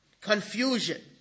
Confusion